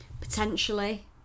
potentially